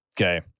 Okay